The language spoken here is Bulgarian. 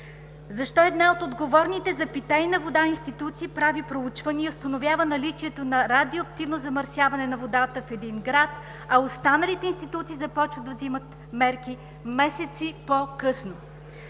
Защо една от отговорните за питейна вода институции прави проучване, установява наличието на радиоактивно замърсяване на водата в един град, а останалите институции започват да взимат мерки месеци по-късно?